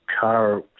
car